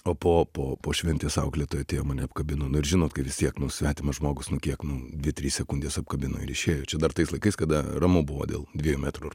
o po po po šventės auklėtoja mane apkabino nu ir žinot kai vis tiek nu svetimas žmogus nu kiek nu dvi trys sekundės apkabino ir išėjo čia dar tais laikais kada ramu buvo dėl dviejų metrų ar